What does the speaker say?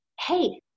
Hey